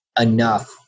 enough